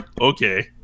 okay